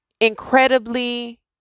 incredibly